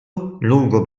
lungo